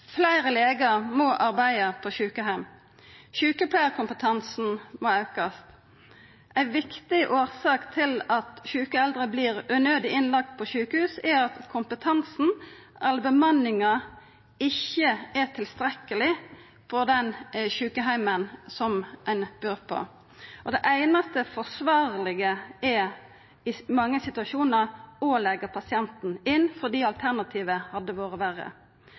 Fleire legar må arbeida på sjukeheim. Sjukepleiarkompetansen må aukast. Ei viktig årsak til at sjuke eldre vert unødig innlagde på sjukehus, er at kompetansen eller bemanninga ikkje er tilstrekkeleg på den sjukeheimen der dei bur. Det einaste forsvarlege i mange situasjonar er å leggja pasienten inn, fordi alternativet hadde vore verre.